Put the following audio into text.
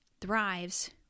thrives